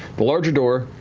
the large door,